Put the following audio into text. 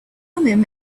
thummim